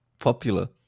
popular